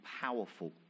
powerful